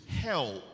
help